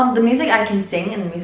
um the music i can sing and